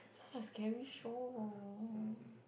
so it's a scary show